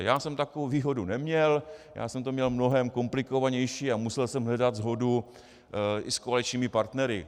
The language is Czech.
Já jsem takovou výhodu neměl, já jsem to měl mnohem komplikovanější a musel jsem hledat shodu i s koaličními partnery.